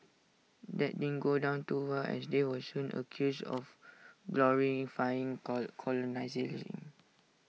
that didn't go down too well as they were soon accused of glorifying co